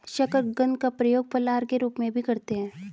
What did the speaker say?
शकरकंद का प्रयोग फलाहार के रूप में भी करते हैं